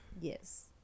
Yes